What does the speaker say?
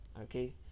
okay